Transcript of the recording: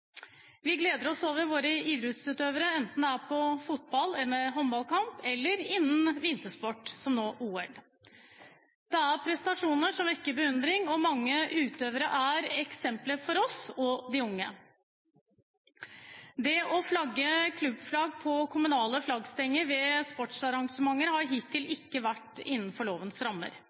Vi gleder oss over våre idrettsutøvere, enten det er på fotballkamp, håndballkamp eller innen vintersport – som nå i OL. Det er prestasjoner som vekker beundring, og mange utøvere er eksempler for oss og de unge. Det å flagge med klubbflagg på kommunale flaggstenger ved sportsarrangementer har hittil ikke vært innenfor lovens rammer.